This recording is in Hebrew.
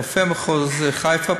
רופא מחוז חיפה,